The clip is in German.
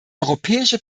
europäische